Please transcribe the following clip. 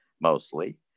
mostly